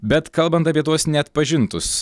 bet kalbant apie tuos neatpažintus